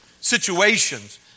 situations